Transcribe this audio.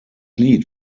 lied